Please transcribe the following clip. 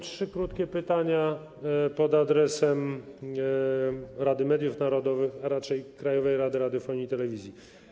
Trzy krótkie pytania pod adresem Rady Mediów Narodowych, a raczej Krajowej Rady Radiofonii i Telewizji.